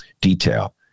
detail